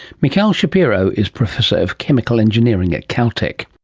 mikhail shapiro is professor of chemical engineering at caltech